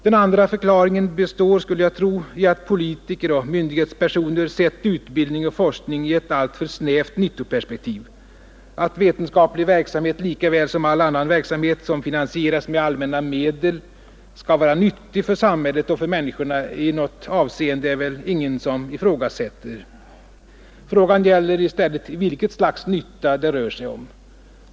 Den andra förklaringen består, skulle jag tro, i att politiker och 35 myndighetspersoner sett utbildning och forskning i ett alltför snävt nyttoperspektiv. Att vetenskaplig verksamhet lika väl som all annan verksamhet som finansieras med allmänna medel skall vara nyttig för samhället och för människorna i något avseende är det väl ingen som ifrågasätter. Frågan gäller i stället vilket slags nytta det rör sig om.